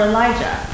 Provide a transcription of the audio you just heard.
Elijah